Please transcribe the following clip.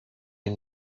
est